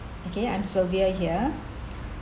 okay I'm sylvia here